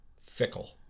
Fickle